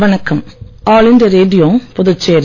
வணக்கம் all India radio Puducherry